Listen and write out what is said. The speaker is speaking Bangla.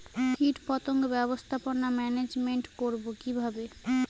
কীটপতঙ্গ ব্যবস্থাপনা ম্যানেজমেন্ট করব কিভাবে?